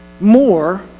more